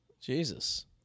Jesus